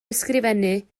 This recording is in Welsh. ysgrifennu